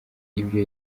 ibyo